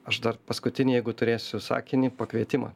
aš dar paskutinį jeigu turėsiu sakinį pakvietimą